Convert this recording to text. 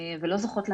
ולא זוכות למענה,